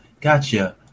Gotcha